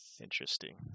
interesting